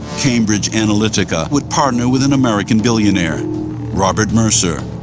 cambridge analytica would partner with an american billionaire robert mercer.